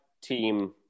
Team